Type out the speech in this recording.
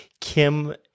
Kim